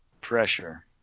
Pressure